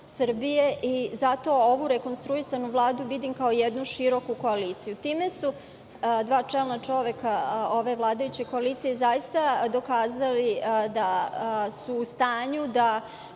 i zato ovu rekonstruisanu Vladu vidim kao jednu široku koaliciju. Time su dva čelna čoveka ove vladajuće koalicije zaista dokazali da su u stanju da